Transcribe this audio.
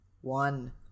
One